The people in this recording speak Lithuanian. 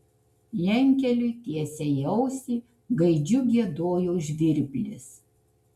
jankeliui tiesiai į ausį gaidžiu giedojo žvirblis